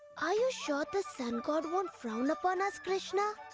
are you sure the sun god won't frown upon us, krishna?